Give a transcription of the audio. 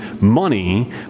money